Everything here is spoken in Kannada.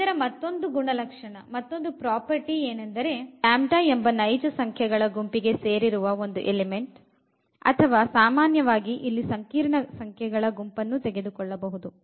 ಇದರ ಮತ್ತೊಂದು ಗುಣಲಕ್ಷಣ ಎಂಬ ನೈಜ ಸಂಖ್ಯೆಗಳ ಗುಂಪಿಗೆ ಸೇರಿರುವ ಎಲಿಮೆಂಟ್ ಅಥವಾ ಸಾಮಾನ್ಯವಾಗಿ ಇಲ್ಲಿ ಸಂಕೀರ್ಣ ಸಂಖ್ಯೆಗಳ ಗುಂಪನ್ನು ತೆಗೆದುಕೊಳ್ಳಬಹುದು